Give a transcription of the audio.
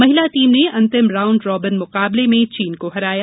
महिला टीम ने अंतिम राउण्ड रोबिन मुकाबले में चीन को हराया